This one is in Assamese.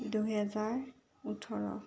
দুহেজাৰ ওঠৰ